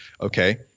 okay